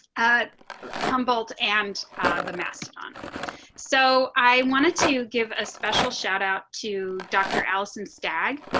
at humboldt and the mastodon so i wanted to give a special shout out to dr. allison stag,